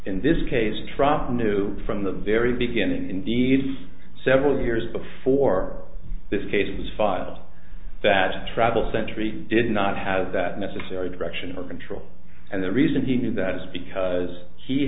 in this case trump knew from the very beginning indeed several years before this case was filed that travel century did not have that necessary directional control and the reason he knew that is because he